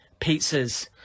pizzas